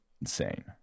insane